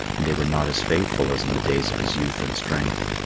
and they were not as faithful as in the days of his youth and strength.